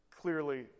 clearly